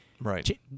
Right